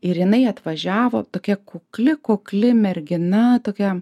ir jinai atvažiavo tokia kukli kukli mergina tokia